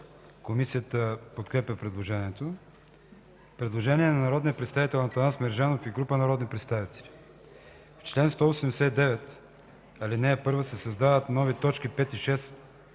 Комисията подкрепя предложението. Предложение на народния представител Атанас Мерджанов и група народни представители: „В чл. 189, в ал. 1 се създават нови точки 5 и 6,